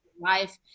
life